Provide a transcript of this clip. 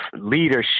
leadership